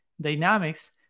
dynamics